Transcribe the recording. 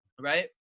right